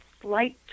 slight